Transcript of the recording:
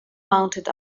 mounted